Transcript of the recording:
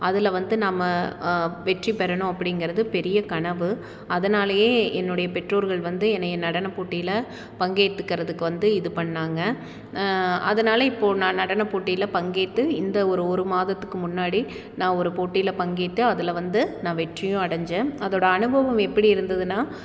அதில் வந்து நம்ம வெற்றி பெறணும் அப்படிங்குறது பெரிய கனவு அதனாலேயே என்னுடைய பெற்றோர்கள் வந்து என்னை நடனப்போட்டியில் பங்கேத்துக்கிறதுக்கு வந்து இது பண்ணிணாங்க அதனால் இப்போது நான் நடன போட்டியில் பங்கேற்று இந்த ஒரு ஒரு மாதத்துக்கு முன்னாடி நான் ஒரு போட்டியில் பங்கேற்று அதில் வந்து நான் வெற்றியும் அடைஞ்சேன் அதோட அனுபவம் எப்படி இருந்துதுனால்